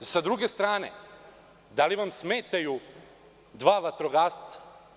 S druge strane, da li vam smetaju dva vatrogasca?